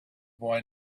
boy